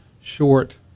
short